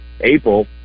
April